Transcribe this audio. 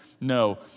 no